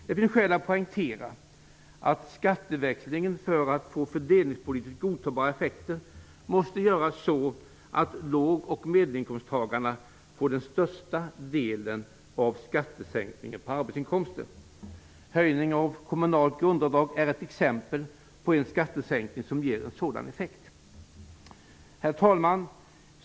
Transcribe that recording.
Det finns skäl att poängtera att skatteväxlingen för att få fördelningspolitiskt godtagbara effekter måste göras så att låg och medelinkomsttagarna får den största delen av skattesänkningen på arbetsinkomster. Höjningen av kommunalt grundavdrag är ett exempel på en skattesänkning som ger en sådan effekt. Herr talman!